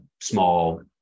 small